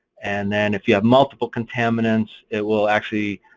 and then if you have multiple contaminants, it will actually